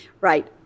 Right